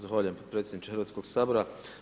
Zahvaljujem potpredsjedniče Hrvatskog sabora.